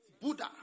Buddha